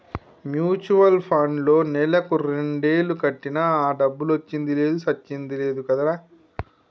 mutual పండ్లో నెలకు రెండేలు కట్టినా ఆ డబ్బులొచ్చింది లేదు సచ్చింది లేదు కదరా